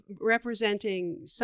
representing